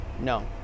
No